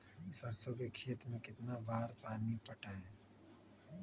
सरसों के खेत मे कितना बार पानी पटाये?